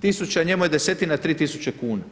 tisuća, njemu je desetina 3 tisuće kuna.